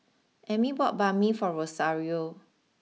Emmy bought Banh Mi for Rosario